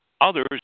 Others